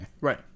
Right